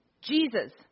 Jesus